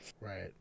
right